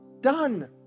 done